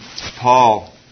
Paul